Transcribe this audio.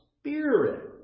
spirit